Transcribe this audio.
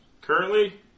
Currently